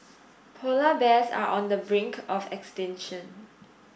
polar bears are on the brink of extinction